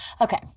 Okay